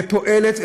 ופועלת,